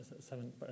seven